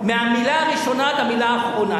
מהמלה הראשונה עד המלה האחרונה.